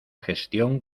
gestión